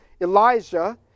Elijah